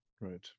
right